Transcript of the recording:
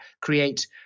create